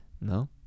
no